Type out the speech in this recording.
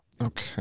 Okay